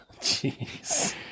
Jeez